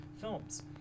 films